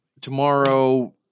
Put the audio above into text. tomorrow